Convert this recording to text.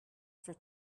for